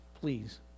please